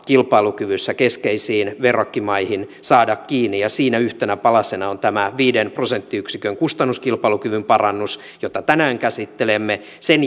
kilpailukyvyssä keskeisiin verrokkimaihin saada kiinni ja siinä yhtenä palasena on tämä viiden prosenttiyksikön kustannuskilpailukyvyn parannus jota tänään käsittelemme sen